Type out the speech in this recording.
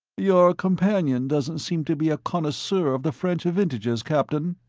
your companion doesn't seem to be a connoisseur of the french vintages, captain.